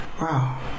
wow